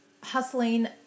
hustling